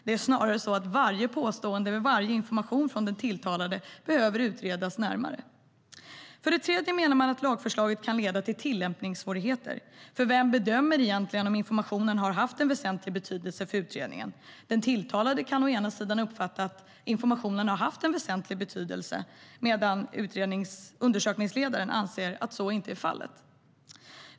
Det är snarare så att varje påstående eller varje information från den tilltalade behöver utredas närmare. För det tredje menar man att lagförslaget kan leda till tillämpningssvårigheter, för vem bedömer egentligen om informationen har haft väsentlig betydelse för utredningen? Den tilltalade kan uppfatta att informationen har haft en väsentlig betydelse, medan undersökningsledaren anser att så inte är fallet.